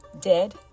Dead